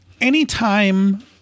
Anytime